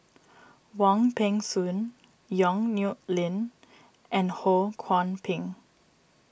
Wong Peng Soon Yong Nyuk Lin and Ho Kwon Ping